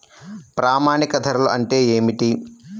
ప్రామాణిక ధరలు అంటే ఏమిటీ?